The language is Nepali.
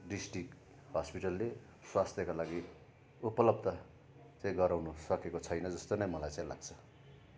डिस्ट्रिक हस्पिटलले स्वास्थ्यको लागि उपलब्ध चाहिँ गराउनसकेको छैन जस्तो नै मलाई चाहिँ लाग्छ